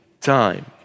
time